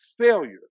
failure